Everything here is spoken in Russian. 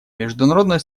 международное